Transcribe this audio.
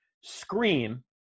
scream